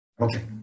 Okay